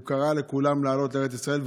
הוא קרא לכולם לעלות לארץ ישראל.